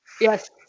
Yes